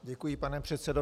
Děkuji, pane předsedo.